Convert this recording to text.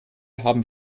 haben